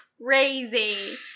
crazy